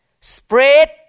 spread